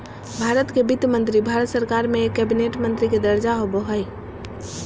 भारत के वित्त मंत्री भारत सरकार में एक कैबिनेट मंत्री के दर्जा होबो हइ